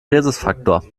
rhesusfaktor